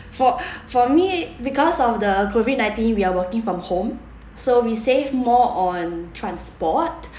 for for me because of the COVID nineteen we are working from home so we save more on transport